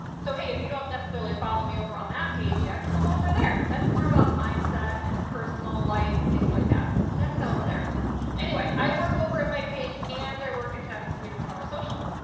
so hey, if you don't necessarily follow me over on that page yet, come over there. that's more about mindset, and personal life, and things like that. that's how over there anyway, i work over at my page and i work at sassy suite, empowersocial,